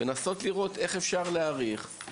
ולנסות לראות איך אפשר להאריך את השעות,